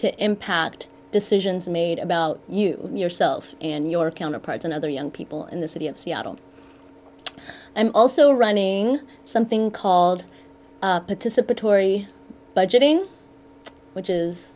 to impact decisions made about you yourself and your counterparts and other young people in the city of seattle i'm also running something called participatory budgeting which is